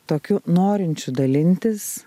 tokiu norinčiu dalintis